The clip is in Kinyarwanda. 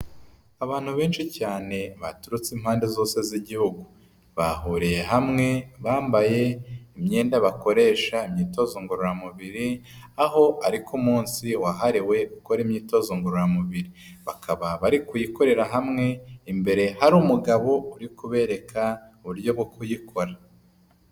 Abantu benshi cyane baturutse impande zose z'Igihugu. Bahuriye hamwe bambaye imyenda bakoresha imyitozo ngororamubiri, aho ari ku munsi wahariwe gukora imyitozo ngororamubiri. Bakaba bari kuyikorera hamwe, imbere hari umugabo uri kubereka uburyo bwo kuyikora.